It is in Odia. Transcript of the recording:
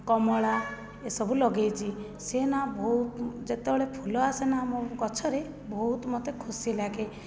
କମଳା ଏସବୁ ଲଗାଇଛି ସିଏନା ବହୁତ ଯେତେବେଳେ ଫୁଲ ଆସେନା ମୋ ଗଛରେ ବହୁତ ମୋତେ ଖୁସି ଲାଗେ